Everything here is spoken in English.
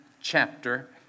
chapter